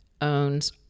owns